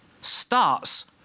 starts